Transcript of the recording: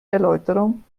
erläuterung